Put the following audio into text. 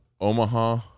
Omaha